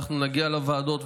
אנחנו נגיע לוועדות,